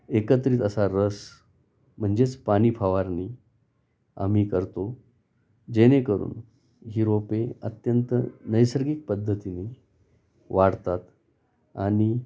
एकत्रित असा रस म्हणजेच पाणी फवारणी आम्ही करतो जेणेकरून ही रोपे अत्यंत नैसर्गिक पद्धतीनी वाढतात आणि